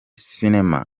cinema